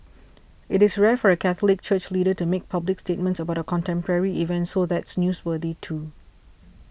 it's rare for a Catholic church leader to make public statements about a contemporary event so that's newsworthy too